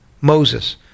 Moses